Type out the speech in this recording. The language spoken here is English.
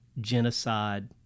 Genocide